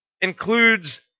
includes